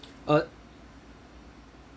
uh